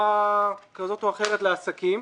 בצורה כזאת או אחרת לעסקים.